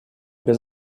без